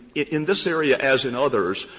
in this area as in others,